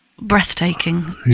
breathtaking